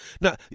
now